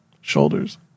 shoulders